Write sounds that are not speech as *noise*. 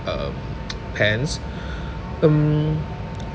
um *noise* pants *breath* mm